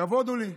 כבוד הוא לי,